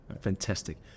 Fantastic